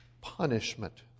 punishment